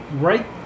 right